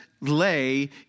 lay